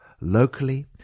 locally